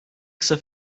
kısa